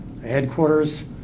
headquarters